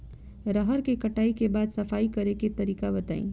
रहर के कटाई के बाद सफाई करेके तरीका बताइ?